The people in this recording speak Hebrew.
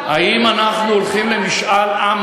סליחה,